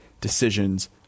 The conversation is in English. decisions